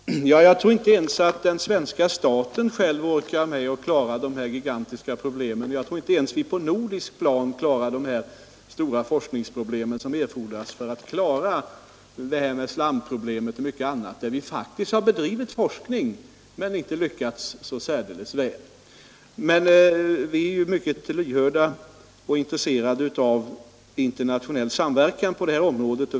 Herr talman! Jag tror inte att den svenska staten eller ens vi på nordiskt plan kan klara av de gigantiska forskningsproblemen i detta sammanhang, slamproblemet och mycket annat. Vi har faktiskt bedrivit forskning men inte lyckats särdeles väl, men vi är mycket lyhörda för och intresserade av internationell samverkan på detta område.